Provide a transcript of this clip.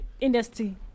industry